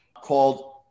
called